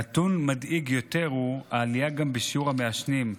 נתון מדאיג יותר הוא העלייה גם בשיעור המעשנים: